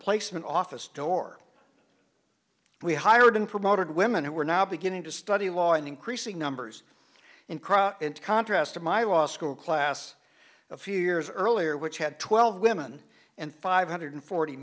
placement office door we hired and promoted women who were now beginning to study law in increasing numbers in crowd in contrast to my law school class a few years earlier which had twelve women and five hundred forty